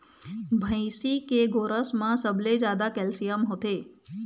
भइसी के गोरस म सबले जादा कैल्सियम होथे